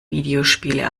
videospiele